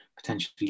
potentially